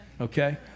okay